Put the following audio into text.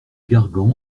gargan